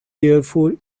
therefore